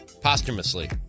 posthumously